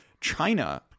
China